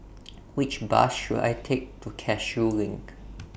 Which Bus should I Take to Cashew LINK